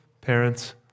parents